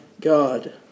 God